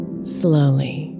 Slowly